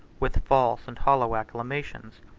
with false and hollow acclamations,